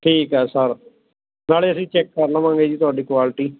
ਠੀਕ ਆ ਸਰ ਨਾਲੇ ਅਸੀਂ ਚੈੱਕ ਕਰ ਲਵਾਂਗੇ ਜੀ ਤੁਹਾਡੀ ਕੁਆਲਟੀ